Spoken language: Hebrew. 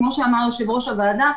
וכמו שאמר יושב-ראש הוועדה,